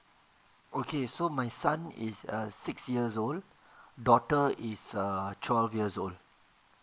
okay so my son is err six years old daughter is err twelve years old